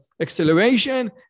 acceleration